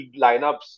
lineups